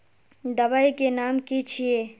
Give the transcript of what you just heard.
दबाई के नाम की छिए?